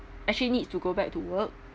actually needs to go back to work